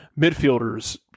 midfielders